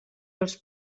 als